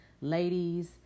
Ladies